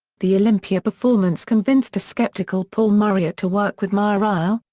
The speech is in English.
the olympia performance convinced a skeptical paul mauriat to work with mireille,